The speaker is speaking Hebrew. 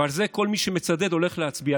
ועל זה כל מי שמצדד הולך להצביע,